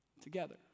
together